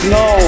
no